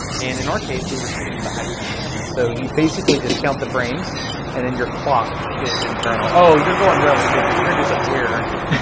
and in our case, we were shooting with a high-speed camera, so you basically just count the frames and then your clock is internal. oh, you're going relativity. you're gonna do something weird, aren't you?